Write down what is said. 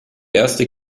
erste